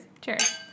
Cheers